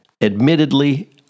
Admittedly